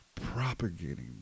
propagating